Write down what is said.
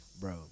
Bro